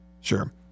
sure